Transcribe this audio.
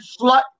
slut